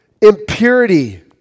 Impurity